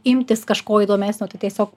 imtis kažko įdomesnio tai tiesiog